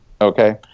Okay